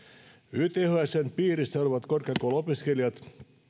ythsn piirissä olevat korkeakouluopiskelijat